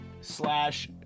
slash